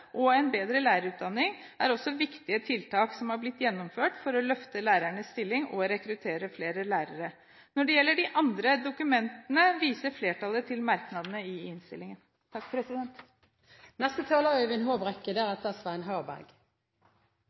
og en bedre lærerutdanning, er også viktige tiltak som har blitt gjennomført for å løfte lærernes stilling og rekruttere flere lærere. Når det gjelder de andre dokumentene, viser flertallet til merknadene i innstillingen.